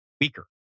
weaker